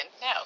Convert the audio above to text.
no